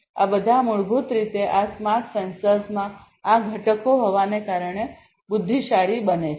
આ બધા મૂળભૂત રીતે આ સ્માર્ટ સેન્સર્સમાં આ ઘટકો હોવાને કારણે બુદ્ધિશાળી બનાવે છે